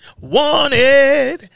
Wanted